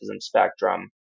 spectrum